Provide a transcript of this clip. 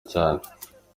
cyane